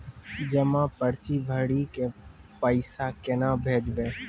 जमा पर्ची भरी के पैसा केना भेजबे?